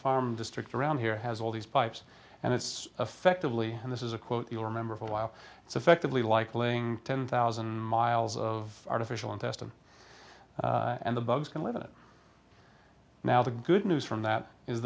farm district around here has all these pipes and it's affectively and this is a quote you'll remember for a while it's effectively like living ten thousand miles of artificial intestine and the bugs can live in it now the good news from that is